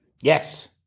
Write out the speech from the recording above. Yes